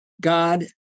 God